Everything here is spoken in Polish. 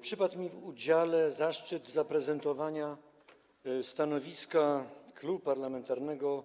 Przypadł mi w udziale zaszczyt zaprezentowania stanowiska Klubu Parlamentarnego